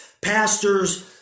pastors